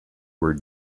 where